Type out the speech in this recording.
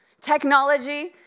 Technology